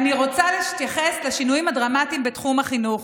אני רוצה להתייחס לשינויים הדרמטיים בתחום החינוך,